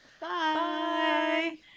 Bye